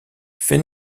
fait